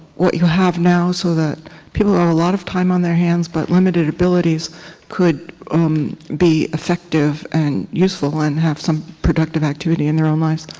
what you have now, so that people have a lot of time on their hands but limited abilities could um be effective and useful and have some productive activity in their own life.